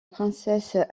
princesse